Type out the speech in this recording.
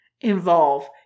involve